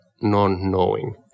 non-knowing